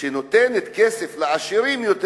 שנותנת כסף לעשירים יותר,